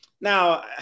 now